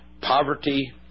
poverty